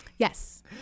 Yes